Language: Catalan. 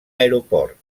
aeroport